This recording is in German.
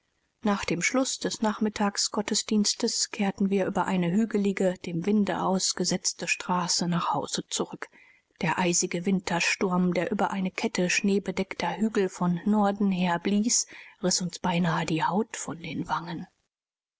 nach dem schluß des nachmittagsgottesdienstes kehrten wir über eine hügelige dem winde ausgesetzte straße nach hause zurück der eisige wintersturm der über eine kette schneebedeckter hügel von norden her blies riß uns beinahe die haut von den wangen